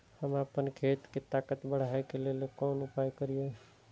हम आपन खेत के ताकत बढ़ाय के लेल कोन उपाय करिए?